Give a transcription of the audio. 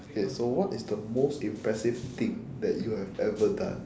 okay so what is the most impressive thing that you have ever done